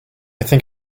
think